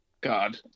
God